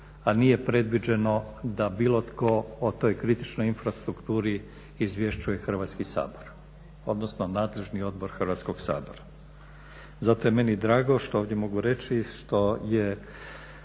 a nije predviđeno da bilo tko o toj kritičnoj infrastrukturi izvješćuje Hrvatski sabor, odnosno nadležni odbor Hrvatskog sabora. Zato je meni drago što ovdje mogu reći što je